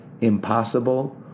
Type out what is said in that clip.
impossible